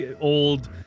old